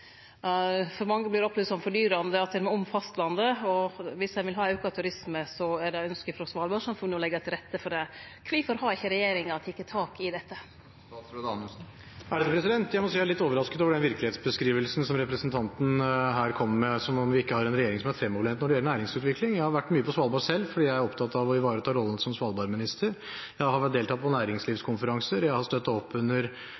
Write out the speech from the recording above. For mange vert det opplevd som fordyrande at ein må om fastlandet, og viss ein vil ha auka turisme, er det eit ynske frå Svalbard-samfunnet om å leggje til rette for det. Kvifor har ikkje regjeringa teke tak i dette? Jeg må si jeg er litt overrasket over den virkelighetsbeskrivelsen som representanten her kommer med – som om vi ikke har en regjering som er fremoverlent når det gjelder næringsutvikling. Jeg har vært mye på Svalbard selv, fordi jeg er opptatt av å ivareta rollen som Svalbard-minister. Jeg har deltatt på næringslivskonferanser, jeg har støttet opp under